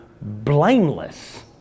blameless